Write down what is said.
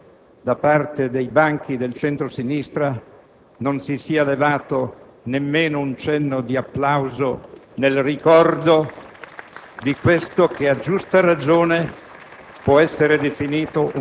la sommessa meraviglia perché da parte vostra, dai banchi del centro‑sinistra, non si è levato nemmeno un cenno di applauso nel ricordo